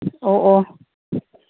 ꯑꯣ ꯑꯣ